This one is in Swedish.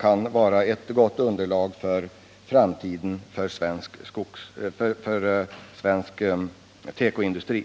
kan utgöra ett gott underlag för den svenska tekoindustrins framtid.